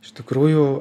iš tikrųjų